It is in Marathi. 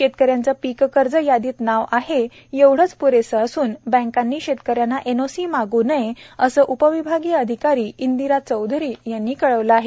शेतकऱ्यांचे पीक कर्ज यादीत नाव आहे एवढेच प्रेसे असून बँकांनी शेतकऱ्यांना एनओसी मागू नये असे उपविभागीय अधिकारी इंदिरा चौधरी यांनी कळविले आहे